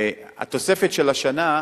והתוספת של השנה,